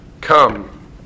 Come